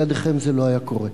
בלעדיכם זה לא היה קורה.